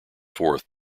forth